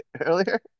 earlier